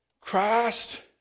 Christ